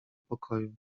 pokoju